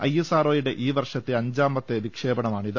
ഐഎസ്ആർഒയുടെഈ വർഷത്തെ അഞ്ചാമത്തെ വിക്ഷേപണമാണിത്